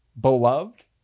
beloved